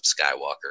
Skywalker